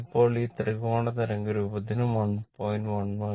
എനിക്ക് ഇപ്പോൾ ഈ ത്രികോണ തരംഗ രൂപത്തിന് 1